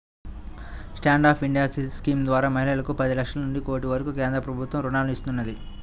stand up India scheme ద్వారా మహిళలకు పది లక్షల నుంచి కోటి వరకు కేంద్ర ప్రభుత్వం రుణాలను ఇస్తున్నది